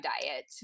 diet